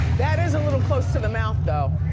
that is a little close to the mouth, though.